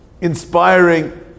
inspiring